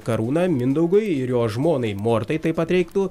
karūną mindaugui ir jo žmonai mortai taip pat reiktų